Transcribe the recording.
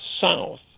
south